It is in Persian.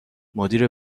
مدیر